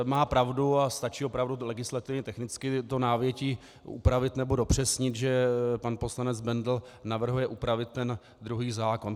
Má pravdu a stačí opravdu legislativně technicky to návětí upravit nebo dopřesnit, že pan poslanec Bendl navrhuje upravit ten druhý zákon.